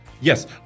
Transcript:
Yes